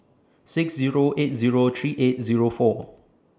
six Zero eight Zero three eight Zero four